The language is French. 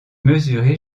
mesurer